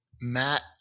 Matt